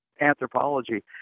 anthropology